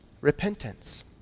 repentance